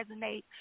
resonate